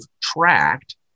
tracked